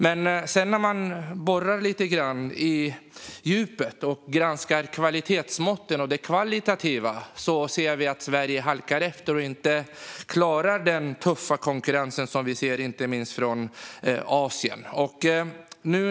När man sedan borrar lite grann på djupet och granskar kvalitetsmåtten och det kvalitativa ser man dock att Sverige halkar efter och inte klarar den tuffa konkurrensen från inte minst Asien.